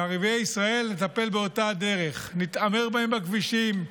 בערביי ישראל נטפל באותה דרך: נתעמר בהם בכבישים,